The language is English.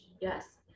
yes